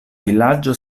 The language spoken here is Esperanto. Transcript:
vilaĝo